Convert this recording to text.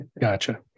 Gotcha